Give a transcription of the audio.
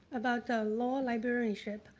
about law librarianship.